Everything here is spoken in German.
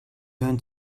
hören